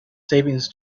savings